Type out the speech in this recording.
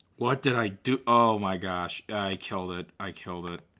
what did i do? oh my gosh. i killed it. i killed it.